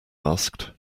asked